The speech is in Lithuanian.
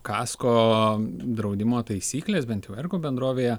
kasko draudimo taisyklės bent jau ergo bendrovėje